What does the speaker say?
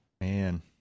Man